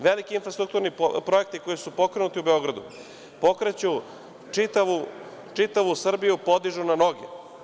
Veliki infrastrukturni projekti koji su pokrenuti u Beogradu, pokreću čitavu Srbiju, podižu na noge.